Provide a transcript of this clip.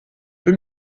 peu